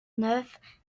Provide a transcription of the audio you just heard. neuf